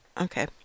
Okay